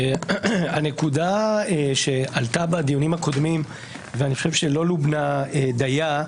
הנקודה שעלת הבדיונים הקודמים ואני חושב שלא לובנה דיה,